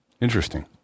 Interesting